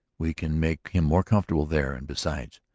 we can make him more comfortable there and besides,